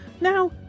Now